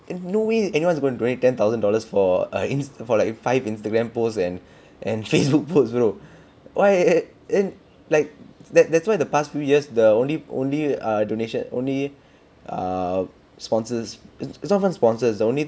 err no way anyone's going donate ten thousand dollars for uh for like five instagram posts and and facebook posts bro why then like that that's why the past few years the only only err donation only err sponsors is not even sponsors the only